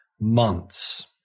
months